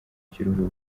kiruhuko